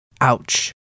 Ouch